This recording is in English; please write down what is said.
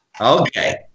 Okay